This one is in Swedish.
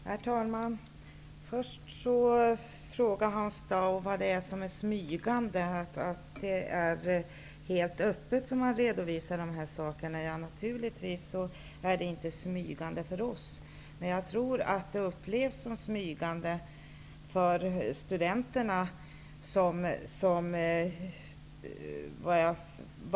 Herr talman! Först frågar Hans Dau vad det är som är smygande, och han säger att han redovisar de här sakerna helt öppet. Ja, det är naturligtvis inte smygande för oss här i riksdagen, men jag tror att det upplevs som smygande för studenterna.